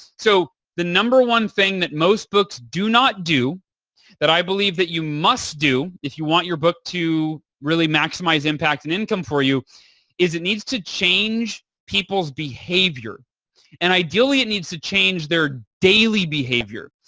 so, the number one thing that most books do not do that i believe that you must do if you want your book to really maximize impact and income for you is it needs to change people's behavior and ideally, it needs to change their daily behavior.